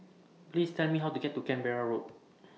Please Tell Me How to get to Canberra Road